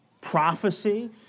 prophecy